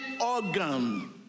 organ